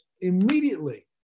immediately